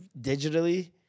digitally